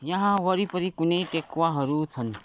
यहाँ वरिपरि कुनै टेकवाहरू छन्